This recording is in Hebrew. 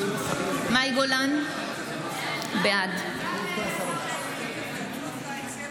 בעד מאי גולן, בעד גם השר